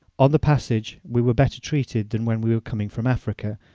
on the passage we were better treated than when we were coming from africa,